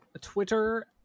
Twitter